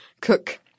Cook